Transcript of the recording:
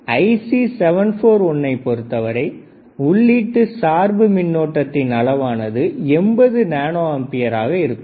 IC 741 பொருத்தவரை உள்ளீட்டு சார்பு மின்னோட்டத்தின் அளவானது 80 நானோ ஆம்பியர் ஆக இருக்கும்